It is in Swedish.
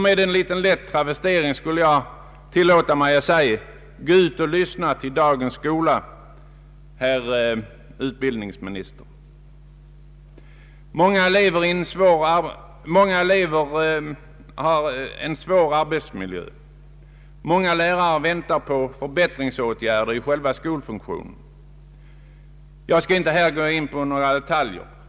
Med en liten lätt travestering tillåter jag mig att säga: Gå ut och lyssna till dagens skola, herr utbildningsminister! Många elever arbetar i en svår arbetsmiljö, och många lärare väntar på förbättringsåtgärder i själva skolfunktionen. Jag skall inte här gå närmare in på detaljer.